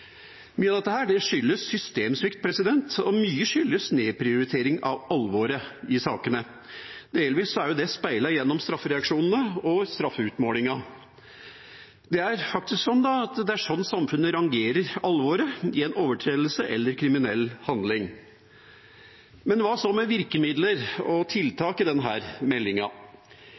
Mye av dette skyldes systemsvikt, og mye skyldes nedprioritering av alvoret i sakene. Delvis er det speilet gjennom straffereaksjonene og straffeutmålingen. Det er sånn samfunnet rangerer alvoret i en overtredelse eller kriminell handling. Men hva så med virkemidler og tiltak i denne meldinga? Vi må også vedta noe her